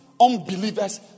Unbelievers